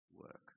work